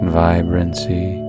vibrancy